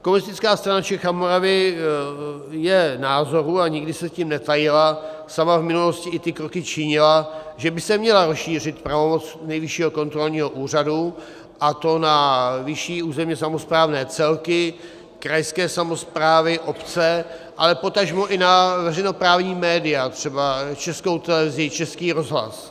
Komunistická strana Čech a Moravy je názoru, a nikdy se tím netajila, sama v minulosti i ty kroky činila, že by se měla rozšířit pravomoc Nejvyššího kontrolního úřadu, a to na vyšší územně samosprávné celky, krajské samosprávy, obce, ale potažmo i na veřejnoprávní média, třeba Českou televizi, Český rozhlas.